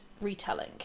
retelling